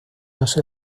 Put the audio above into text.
los